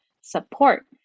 support